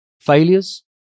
failures